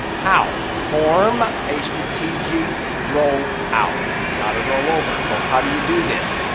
how? form a strategic role out, not a rollover. so, how do you do this?